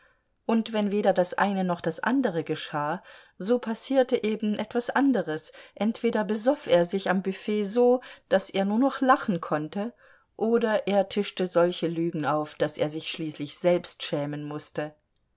und wenn weder das eine noch das andere geschah so passierte eben etwas anderes entweder besoff er sich am büfett so daß er nur noch lachen konnte oder er tischte solche lügen auf daß er sich schließlich selbst schämen mußte